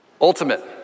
ultimate